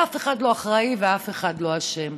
ואף אחד לא אחראי ואף אחד לא אשם.